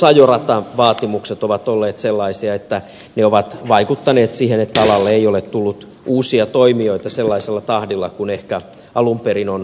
myös ajoratavaatimukset ovat olleet sellaisia että ne ovat vaikuttaneet siihen että alalle ei ole tullut uusia toimijoita sellaisella tahdilla kuin ehkä alun perin on odotettu